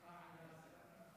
בבקשה, עד שלוש דקות לרשותך.